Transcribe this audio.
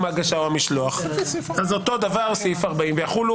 לא ברור מה השינוי המחויב כי כבר היום,